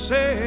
Say